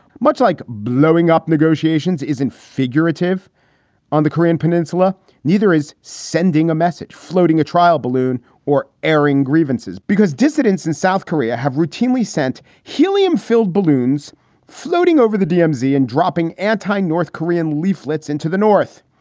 much like blowing up negotiations. isn't figurative on the korean peninsula neither is sending a message floating a trial balloon or airing grievances because dissidents in south korea have routinely sent helium filled balloons floating over the dmz and dropping antine north korean leaflets into the north.